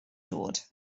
dod